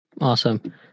awesome